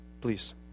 Please